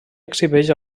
exhibeix